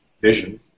vision